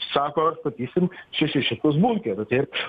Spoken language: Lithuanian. sako statysim šešis šimtus bunkerių tai jiem